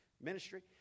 ministry